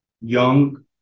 young